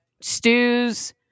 stews